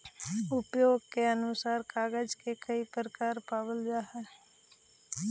उपयोग के अनुसार कागज के कई प्रकार पावल जा हई